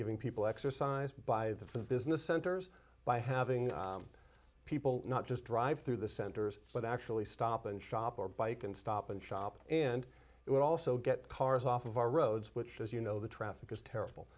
giving people exercise by the business centers by having people not just drive through the centers but actually stop and shop or bike and stop and shop and it would also get cars off of our roads which as you know the traffic is terrible